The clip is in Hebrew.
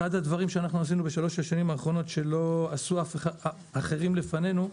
אחד הדברים שעשינו בשלוש השנים האחרונות שלא עשו אחרים לפנינו,